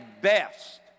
best